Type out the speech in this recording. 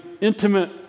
intimate